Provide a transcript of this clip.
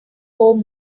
home